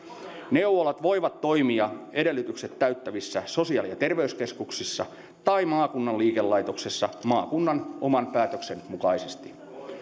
neuvolat voivat toimia edellytykset täyttävissä sosiaali ja terveyskeskuksissa tai maakunnan liikelaitoksessa maakunnan oman päätöksen mukaisesti